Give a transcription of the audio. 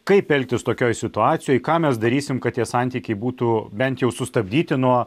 kaip elgtis tokioj situacijoj ką mes darysime kad tie santykiai būtų bent jau sustabdyti nuo